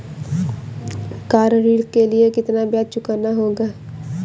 Car ऋण के लिए कितना ब्याज चुकाना होगा?